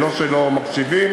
זה לא שלא מקשיבים,